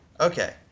Okay